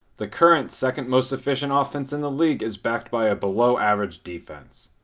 the current second most efficient offense in the league is backed by a below average defense.